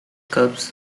cups